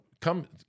come